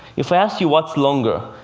if i asked you what's longer,